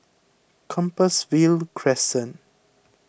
Compassvale Crescent